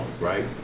right